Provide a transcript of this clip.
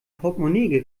portmonee